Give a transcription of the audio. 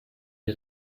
die